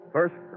First